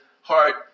heart